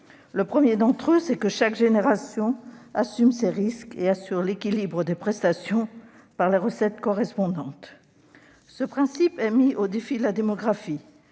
Le premier d'entre eux est que chaque génération doit assumer ses risques et assurer l'équilibre de ses prestations par les recettes correspondantes. Ce principe est mis au défi de la démographie.